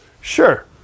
Sure